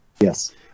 yes